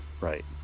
right